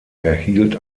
erhielt